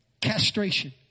castration